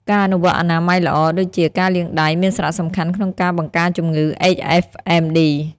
ការអនុវត្តអនាម័យល្អ ដូចជាការលាងដៃ មានសារៈសំខាន់ក្នុងការបង្ការជំងឺ HFMD ។